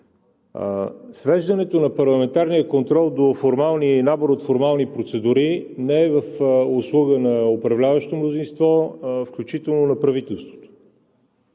Свеждането на Парламентарния контрол до набор от формални процедури не е в услуга на управляващото мнозинство, включително и на правителството.